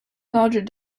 larger